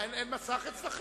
אין מסך אצלכם?